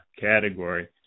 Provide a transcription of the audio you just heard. category